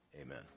amen